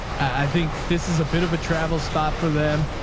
i think this is a bit of a travel spot for them.